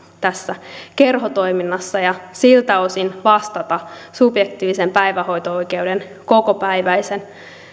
tässä kerhotoiminnassa ja siltä osin vastata subjektiivisen päivähoito oikeuden kokopäiväisen